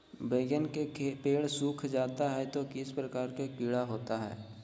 बैगन के पेड़ सूख जाता है तो किस प्रकार के कीड़ा होता है?